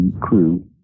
crew